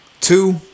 Two